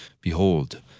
Behold